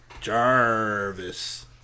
Jarvis